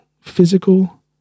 Physical